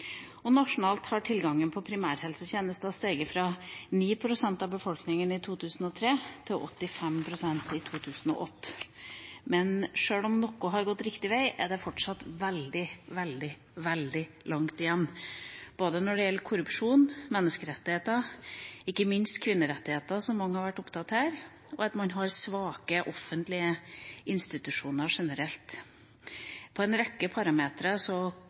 Nasjonalt har tilgangen på primærhelsetjenester steget fra 9 pst. av befolkninga i 2003 til 85 pst. i 2008. Men sjøl om noe har gått riktig vei, er det fortsatt veldig, veldig, veldig langt igjen når det gjelder både korrupsjon, menneskerettigheter – ikke minst kvinnerettigheter som mange har vært opptatt av her – og svake offentlige institusjoner generelt. På en rekke